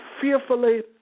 fearfully